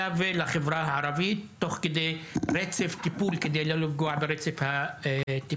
ולחברה הערבית תוך כדי רצף טיפול כדי לא לפגוע ברצף הטיפול.